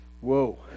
Whoa